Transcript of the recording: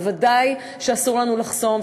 בוודאי שאסור לנו לחסום,